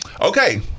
okay